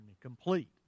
complete